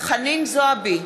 חנין זועבי,